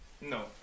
No